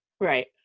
Right